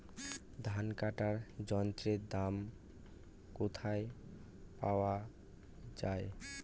ধান কাটার যন্ত্রের দাম কোথায় পাওয়া যায়?